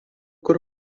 kur